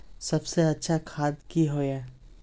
सबसे अच्छा खाद की होय?